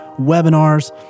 webinars